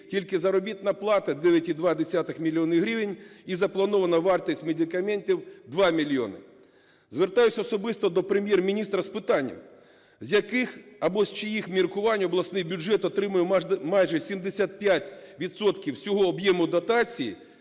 тільки заробітна плата 9,2 мільйони гривень і запланована вартість медикаментів 2 мільйони. Звертаюсь особисто до Прем'єр-міністра з питанням: з яких або з чиїх міркувань обласний бюджет отримує майже 75 відсотків всього об'єму дотації,